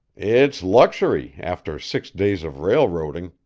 it's luxury after six days of railroading,